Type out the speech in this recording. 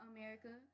America